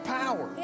power